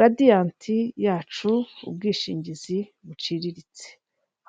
radiyanti yacu ubwishingizi buciriritse,